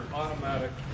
automatic